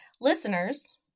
listeners